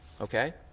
okay